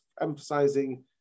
emphasizing